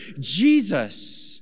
Jesus